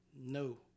No